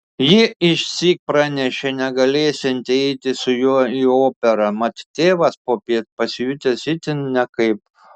ji išsyk pranešė negalėsianti eiti su juo į operą mat tėvas popiet pasijutęs itin nekaip